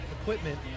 equipment